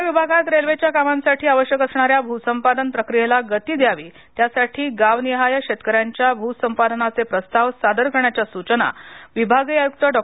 पुणे विभागात रेल्वेच्या कामासाठी आवश्यक असणाऱ्या भूसंपादन प्रक्रीयेला गती द्यावी त्यासाठी गावनिहाय शेतकऱ्यांच्या भूसंपादनाचे प्रस्ताव सादर करण्याच्या सूचना विभागीय आयुक्त डॉ